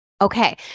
Okay